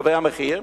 קובע מחיר,